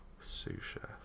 Sous-chef